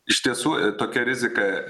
iš tiesų tokia rizika